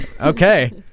okay